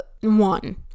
one